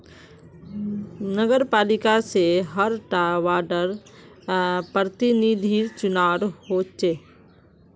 नगरपालिका से हर टा वार्डर प्रतिनिधिर चुनाव होचे